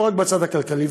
לא רק בצד הכלכלי.